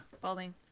Balding